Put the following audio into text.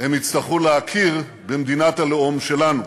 הם יצטרכו להכיר במדינת הלאום שלנו,